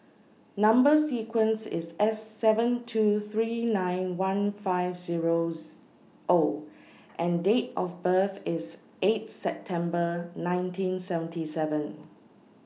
Number sequence IS S seven two three nine one five zeros O and Date of birth IS eight September nineteen seventy seven